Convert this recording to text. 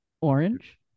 orange